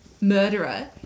murderer